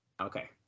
Okay